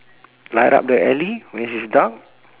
light up the alley when it's dark